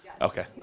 Okay